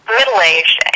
middle-aged